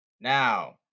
Now